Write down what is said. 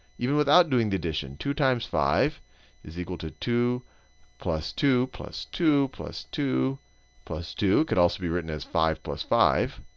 even without doing the addition. two times five is equal to two plus two plus two plus two plus two. it could also be written as five plus five.